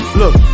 look